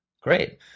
Great